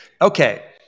Okay